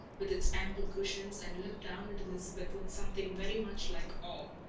with its ample cushions, and looked down at elizabeth with something very much like awe.